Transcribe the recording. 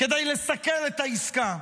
כדי לסכל את העסקה.